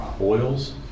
oils